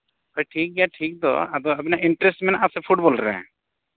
ᱦᱳᱭ ᱴᱷᱤᱠᱜᱮᱭᱟ ᱴᱷᱤᱠ ᱫᱚ ᱟᱫᱚ ᱟᱵᱤᱱᱟᱜ ᱤᱱᱴᱟᱨᱮᱥ ᱢᱮᱱᱟᱜᱼᱟ ᱥᱮ ᱯᱷᱩᱴᱵᱚᱞ ᱨᱮ